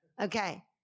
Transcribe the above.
Okay